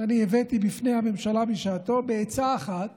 שאני הבאתי בפני הממשלה בשעתו, בעצה אחת